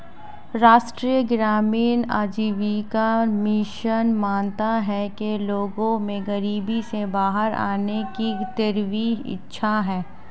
राष्ट्रीय ग्रामीण आजीविका मिशन मानता है कि लोगों में गरीबी से बाहर आने की तीव्र इच्छा है